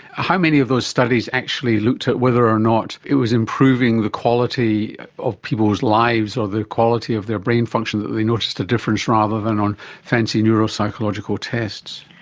how many of those studies actually looked at whether or not it was improving the quality of people's lives or the quality of their brain function that they noticed a difference rather than on fancy neuropsychological tests?